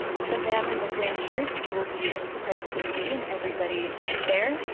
so, ma'am in the green shirt, you will be in part of team b and everybody there.